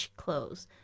clothes